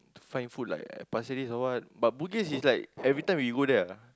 find food like at pasir-ris or what but bugis is like every time we go there ah